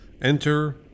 enter